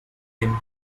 him